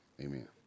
amen